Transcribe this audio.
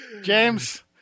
James